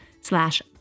slash